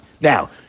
Now